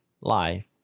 life